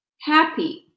happy